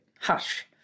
hush